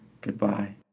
Goodbye